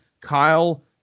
Kyle